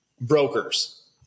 brokers